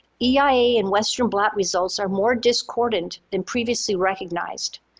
eia and western blot results are more discordant than previously recognized.